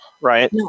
right